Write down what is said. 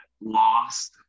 lost